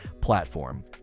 platform